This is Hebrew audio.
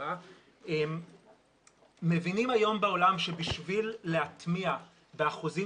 בעולם היום מבינים שבשביל להטמיע באחוזים